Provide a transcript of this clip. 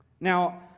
Now